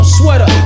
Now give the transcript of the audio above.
sweater